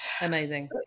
Amazing